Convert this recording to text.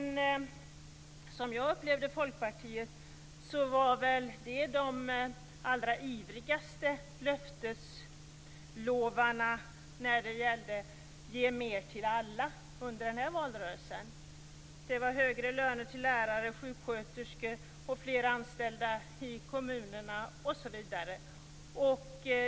Som jag upplevde det var Folkpartiet under den här valrörelsen den allra ivrigaste av löftesgivarna när det gällde att ge mer till alla. Det var högre löner till lärare, högre löner till sjuksköterskor, flera anställda i kommunerna, osv.